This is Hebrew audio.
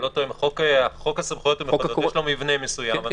חוק הסמכויות יש לו מבנה מסוים --- מאיר,